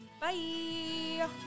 Bye